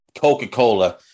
Coca-Cola